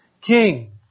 king